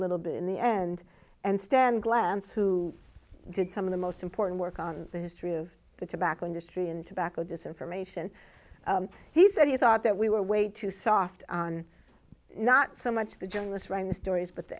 little bit in the end and stand glance who did some of the most important work on the history of the tobacco industry and tobacco discern from ation he said he thought that we were way too soft on not so much the journalist writing the stories but the